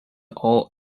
and